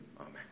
Amen